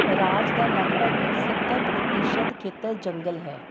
ਰਾਜ ਦਾ ਲਗਭਗ ਸੱਤਰ ਪ੍ਰਤੀਸ਼ਤ ਖੇਤਰ ਜੰਗਲ ਹੈ